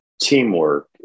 teamwork